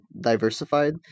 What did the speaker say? diversified